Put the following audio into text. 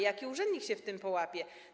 Jaki urzędnik się w tym połapie?